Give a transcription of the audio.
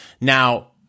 Now